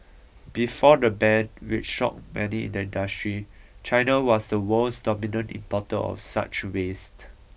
before the ban which shocked many in the industry China was the world's dominant importer of such waste